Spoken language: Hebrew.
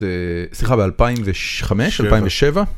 סליחה ב2005-2007.